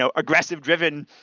so aggressive-driven,